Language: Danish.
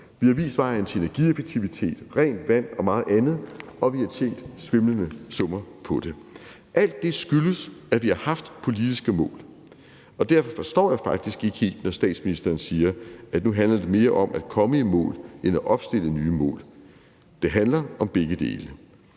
Vi har vist vejen til energieffektivitet, rent vand og meget andet, og vi har tjent svimlende summer på det. Alt det skyldes, at vi har haft politiske mål, og derfor forstår jeg det faktisk ikke helt, når statsministeren siger, at nu handler det mere om at komme i mål end at opstille nye mål. Det handler om begge dele.